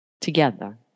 together